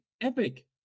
Epic